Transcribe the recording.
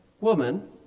Woman